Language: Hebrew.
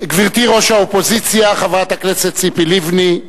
גברתי ראש האופוזיציה, חברת הכנסת ציפי לבני,